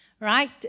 right